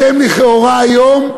אתם, לכאורה, היום,